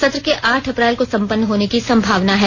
सत्र के आठ अप्रैल को सम्पन्न होने की संभावना है